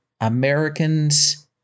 Americans